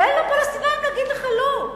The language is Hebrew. תן לפלסטינים להגיד לך לא.